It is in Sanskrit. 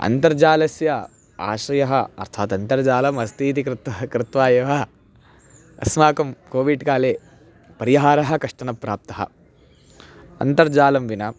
अन्तर्जालस्य आश्रयः अर्थात् अन्तर्जालम् अस्ति इति कृत्वा कृत्वा एव अस्माकं कोविड्काले परिहारः कश्चनः प्राप्तः अन्तर्जालं विना